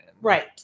Right